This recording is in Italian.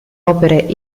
opere